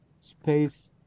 space